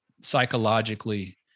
psychologically